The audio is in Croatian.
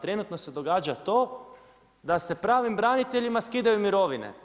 Trenutno se događa to, da se pravim braniteljima skidaju mirovine.